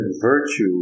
Virtue